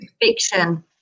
Fiction